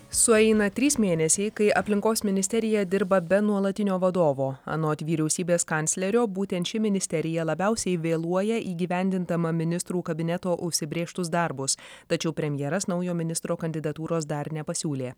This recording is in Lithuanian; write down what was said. sueina trys mėnesiai kai aplinkos ministerija dirba be nuolatinio vadovo anot vyriausybės kanclerio būtent ši ministerija labiausiai vėluoja įgyvendindama ministrų kabineto užsibrėžtus darbus tačiau premjeras naujo ministro kandidatūros dar nepasiūlė